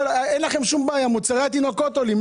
מחירי מוצרי התינוקות עולים,